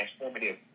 transformative